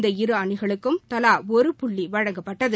இந்த இரு அணிகளுக்கும் தலா ஒரு புள்ளி வழங்கப்பட்டது